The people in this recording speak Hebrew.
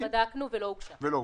בדקנו, לא הוגשה.